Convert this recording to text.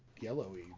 Yellowy